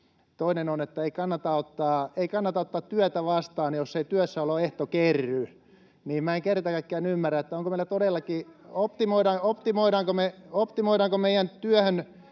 Toinen on, että ei kannata ottaa työtä vastaan, jos ei työssäoloehto kerry. Minä en kerta kaikkiaan ymmärrä, että onko meillä todellakin...